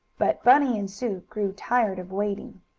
but bunny and sue grew tired of waiting.